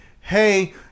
Hey